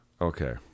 Okay